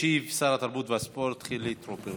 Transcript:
ישיב שר התרבות והספורט חילי טרופר.